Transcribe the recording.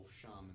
shaman